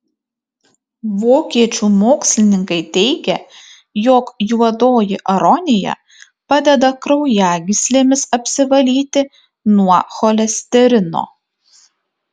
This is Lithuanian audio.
vokiečių mokslininkai teigia jog juodoji aronija padeda kraujagyslėmis apsivalyti nuo cholesterino